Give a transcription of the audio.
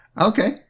Okay